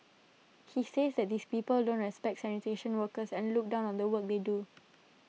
he says that these people don't respect sanitation workers and look down on the work they do